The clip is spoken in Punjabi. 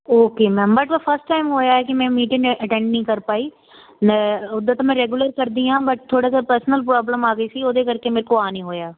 ਓਕੇ ਮੈਮ ਬਟ ਓਹ ਫਸਟ ਟਾਇਮ ਹੋਇਆ ਹੈ ਕਿ ਮੈਂ ਮੀਟਿੰਗ ਅਟੈਂਡ ਨਹੀਂ ਕਰ ਪਾਈ ਉੱਦਾਂ ਤਾਂ ਮੈਂ ਰੈਗੂਲਰ ਕਰਦੀ ਹਾਂ ਬਟ ਥੋੜ੍ਹਾ ਜਾ ਪਰਸਨਲ ਪ੍ਰੋਬਲਮ ਆ ਗਈ ਸੀ ਉਹਦੇ ਕਰਕੇ ਮੇਰੇ ਕੋਲ ਆ ਨਹੀਂ ਹੋਇਆ